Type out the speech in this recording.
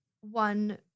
one